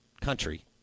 country